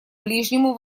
ближнему